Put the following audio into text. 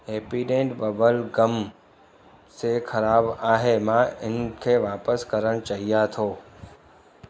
Happydent bubble gum शइ ख़राबु आहे मां हिनखे वापसि करणु चाहियां थो